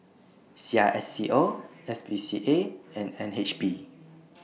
C I S C O S P C A and N H B